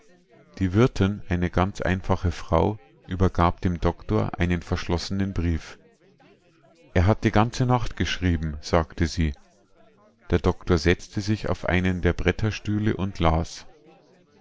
die wirtin eine ganz einfache frau übergab dem doktor einen verschlossenen brief er hat die ganze nacht geschrieben sagte sie der doktor setzte sich auf einen der bretterstühle und las